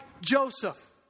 Joseph